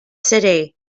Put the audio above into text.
city